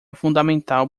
fundamental